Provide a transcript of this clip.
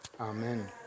Amen